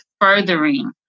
furthering